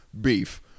beef